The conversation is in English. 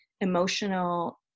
emotional